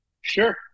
sure